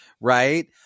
right